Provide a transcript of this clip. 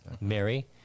Mary